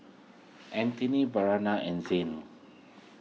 Antony Bryana and Zane